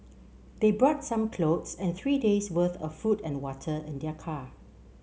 they brought some clothes and three days worth of food and water in their car